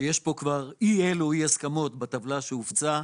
שיש כאן אי אילו אי-הסכמות בטבלה שהופצה.